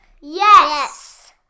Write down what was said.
Yes